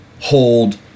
hold